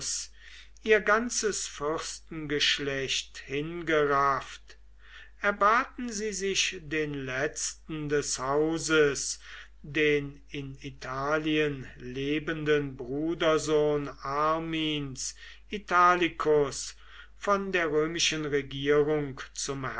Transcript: ihr ganzes fürstengeschlecht hingerafft erbaten sie sich den letzten des hauses den in italien lebenden brudersohn armins italicus von der römischen regierung zum